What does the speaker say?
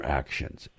actions